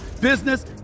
business